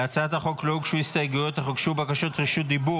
להצעת החוק לא הוגשו הסתייגויות אך הוגשו בקשות רשות דיבור.